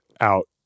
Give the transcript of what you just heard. out